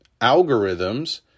algorithms